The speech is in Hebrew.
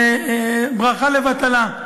זה ברכה לבטלה.